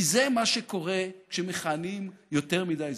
כי זה מה שקורה כשמכהנים יותר מדי זמן.